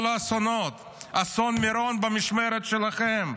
אסון מירון במשמרת שלכם,